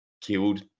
killed